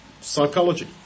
psychology